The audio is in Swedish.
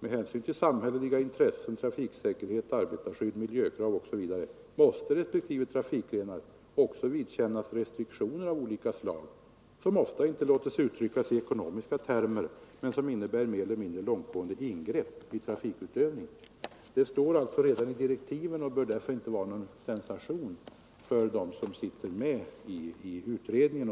”Med hänsyn till samhälleliga intressen — trafiksäkerhet, arbetarskydd, miljökrav osv. — måste resp. trafikgrenar också vidkännas restriktioner av olika slag, som ofta inte låter sig uttryckas i ekonomiska termer men som innebär mer eller mindre långtgående ingrepp i trafikutövningen.” Detta ingår i direktiven för utredningen och bör därför inte vara någon sensation, åtminstone inte för dem som arbetar i den.